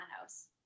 house